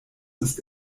ist